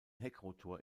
heckrotor